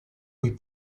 cui